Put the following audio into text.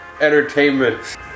entertainment